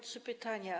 Trzy pytania.